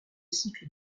cycle